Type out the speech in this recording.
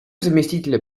заместителя